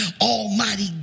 Almighty